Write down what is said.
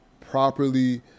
properly